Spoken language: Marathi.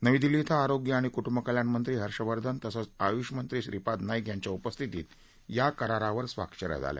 नवी दिल्ली ॐ आरोग्य आणि कुटुंब कल्याणमंत्री हर्षवर्धन तसंच आयुषमंत्री श्रीपाद नाईक यांच्या उपस्थितीत या करारावर स्वाक्ष या झाल्या